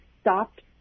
stopped